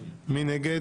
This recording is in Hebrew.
בעד - 1 נגד